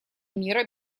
мира